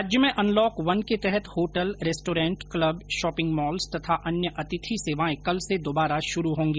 राज्य में unlock one के तहत hotel restaurant club shopping malls तथा अन्य अतिथि सेवाए कल से दुबारा शुरू होगी